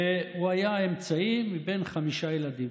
תרפ"ו, והוא היה האמצעי מבין חמישה ילדים.